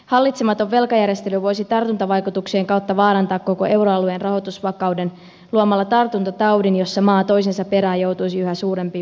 hallitsematon velkajärjestely voisi tartuntavaikutuksien kautta vaarantaa koko euroalueen rahoitusvakauden luomalla tartuntataudin jossa maa toisensa perään joutuisi yhä suurempiin vaikeuksiin